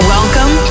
Welcome